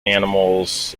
animals